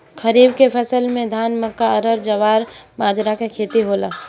खरीफ के फसल में धान, मक्का, अरहर, जवार, बजरा के खेती होला